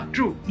True